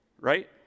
right